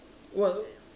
what